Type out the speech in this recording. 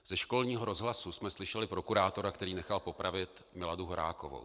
Ze školního rozhlasu jsme slyšeli prokurátora, který nechal popravit Miladu Horákovou.